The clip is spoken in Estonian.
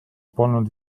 polnud